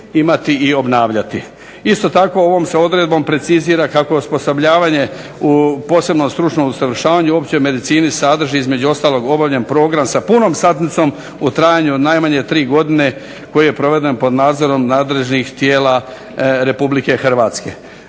Isto tako ovom se odredbom precizira kako osposobljavanje posebno stručno usavršavanje u općoj medicini sadrži između ostalog obavljen program sa punom satnicom u trajanju od najmanje 3 godine koji je proveden pod nadzorom nadležnih tijela RH.